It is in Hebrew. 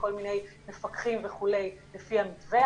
לכל מיני מפקחים וכו' לפי המתווה.